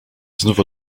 znów